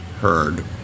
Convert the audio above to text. heard